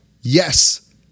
Yes